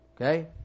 Okay